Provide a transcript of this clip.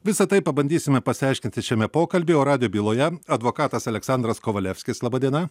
visa tai pabandysime pasiaiškinti šiame pokalbyje o radijo byloje advokatas aleksandras kovalevskis laba diena